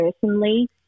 personally